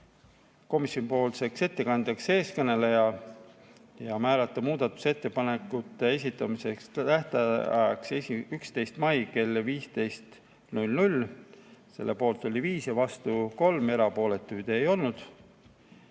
komisjonipoolseks ettekandjaks teie ees kõneleja ja määrata muudatusettepanekute esitamise tähtajaks 11. mai kell 15. Selle poolt oli 5 ja vastu 3, erapooletuid ei olnud.